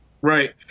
Right